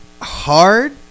hard